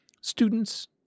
students